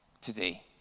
today